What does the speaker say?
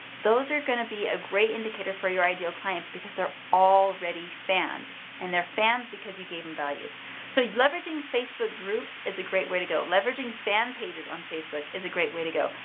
those are going to be a great indicator for your ideal clients because they're already fans and they're fans because you gave them value so leveraging facebook groups, it's a great way to go leveraging, fan pages on facebook is a great way to go.